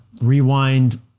rewind